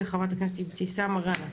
וחברת הכנסת אבתיסאם מראענה.